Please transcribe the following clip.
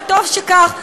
וטוב שכך,